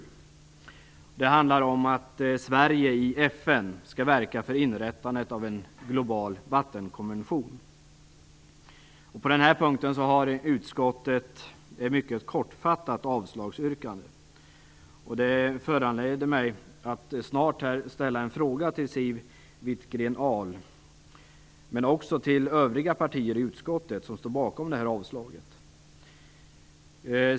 Motionen handlar om att Sverige i FN skall verka för inrättandet av en global vattenkonvention. Yrkandet har avslagits mycket kortfattat av utskottet. Det föranleder mig att snart ställa en fråga till Siw Wittgren-Ahl men också till övriga partiers ledamöter i utskottet som står bakom avslagsyrkandet.